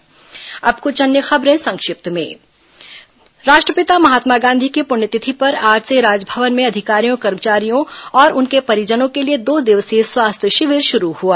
संक्षिप्त समाचार अब कुछ अन्य खबरें संक्षिप्त में राष्ट्रपिता महात्मा गांधी की पुण्यतिथि पर आज से राजभवन में अधिकारियों कर्मचारियों और उनके परिजनों के लिए दो दिवसीय स्वास्थ्य शिविर शुरू हुआ